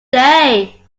day